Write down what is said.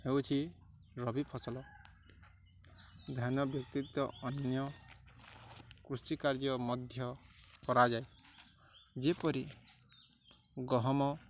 ହେଉଛି ରବି ଫସଲ ଧାନ ବ୍ୟତୀତ ଅନ୍ୟ କୃଷି କାର୍ଯ୍ୟ ମଧ୍ୟ କରାଯାଏ ଯେପରି ଗହମ